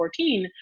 2014